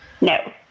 No